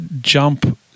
jump